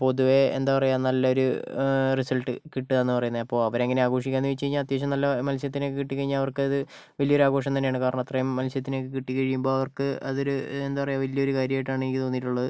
പൊതുവേ എന്താ പറയുക നല്ലൊരു റിസൾട്ട് കിട്ടുകയെന്ന് പറയുന്നത് അപ്പോൾ അവരെങ്ങനെയാണ് ആഘോഷിക്കുന്നതെന്ന് ചോദിച്ച് കഴിഞ്ഞാൽ അത്യാവശ്യം നല്ല മത്സ്യത്തിനെയൊക്കെ കിട്ടി കഴിഞ്ഞാൽ അവർക്കത് വലിയൊരാഘോഷം തന്നെയാണ് കാരണം അത്രയും മത്സ്യത്തിനെയൊക്കെ കിട്ടി കഴിയുമ്പോൾ അവർക്ക് അതൊരു എന്താ പറയുക വലിയൊരു കാര്യമായിട്ടാണ് എനിക്ക് തോന്നിയിട്ടുള്ളത്